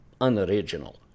unoriginal